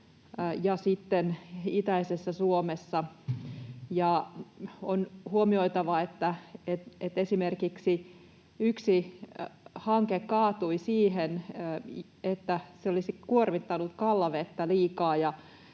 ja sitten itäisessä Suomessa. On huomioitava, että esimerkiksi yksi hanke kaatui siihen, että se olisi kuormittanut Kallavettä liikaa,